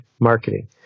marketing